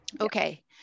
Okay